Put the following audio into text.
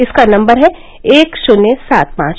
इसका नम्बर है एक शून्य सात पांच